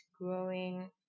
growing